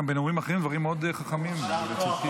בנאומים אחרים דברים מאוד חכמים וצודקים?